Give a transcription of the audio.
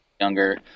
younger